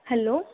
hello